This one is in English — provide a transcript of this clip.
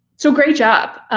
so great job.